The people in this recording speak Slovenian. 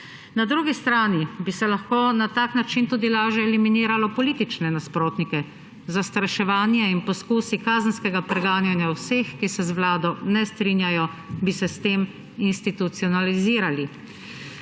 Na drugi strani bi se lahko na tak način tudi lažje eliminiralo politične nasprotnike. Zastraševanje in poizkusi kazenskega preganjanja vseh, ki se v Vlado ne strinjajo, bi se s tem institucionalizirali.